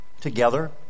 together